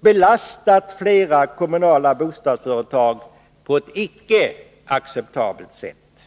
belastat flera kommunala bostadsföretag på ett icke acceptabelt sätt.